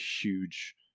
huge